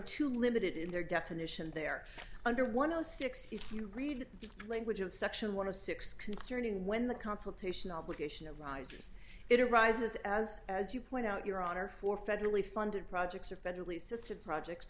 too limited in their definition they're under one of the six you can read just language of section one of six concerning when the consultation obligation of risers it arises as as you point out your honor for federally funded projects or federally assisted projects